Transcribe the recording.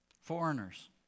Foreigners